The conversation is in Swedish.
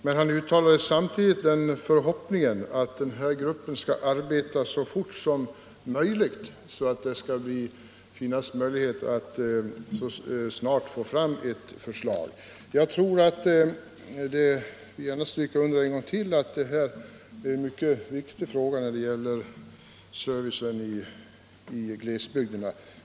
Men han uttalade samtidigt förhoppningen att gruppen skulle arbeta så snabbt som möjligt, så att man snart fick fram ett förslag. Jag vill gärna än en gång stryka under att frågan om servicen i glesbygderna är en mycket viktig fråga.